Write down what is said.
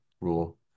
rule